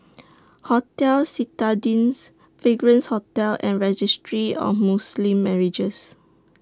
Hotel Citadines Fragrance Hotel and Registry of Muslim Marriages